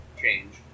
change